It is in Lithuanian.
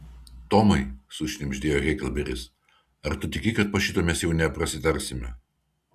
tomai sušnibždėjo heklberis ar tu tiki kad po šito mes jau neprasitarsime